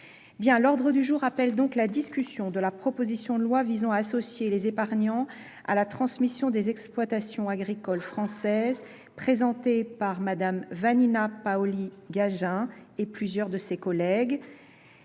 L’ordre du jour appelle la discussion de la proposition de loi visant à associer les épargnants à la transmission des exploitations agricoles françaises, présentée par Mme Vanina Paoli Gagin et plusieurs de ses collègues